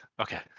Okay